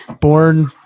born